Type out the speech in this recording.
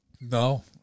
No